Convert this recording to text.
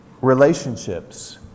relationships